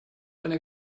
eine